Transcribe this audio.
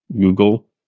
google